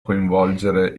coinvolgere